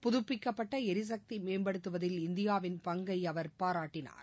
புதுபிக்கப்பட்ட எரிசக்தி மேம்படுத்துவதில் இந்தியாவின் பங்கை அவர் பாராட்டினார்